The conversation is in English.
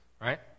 Right